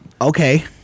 Okay